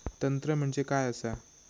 तंत्र म्हणजे काय असा?